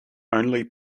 only